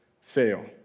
fail